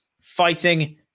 fighting